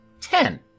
Ten